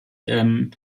dem